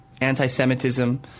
anti-Semitism